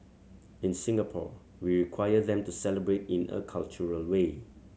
in Singapore we require them to celebrate in a cultural way